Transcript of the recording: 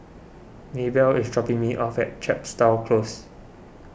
Maebelle is dropping me off at Chepstow Close